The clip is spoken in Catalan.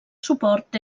suport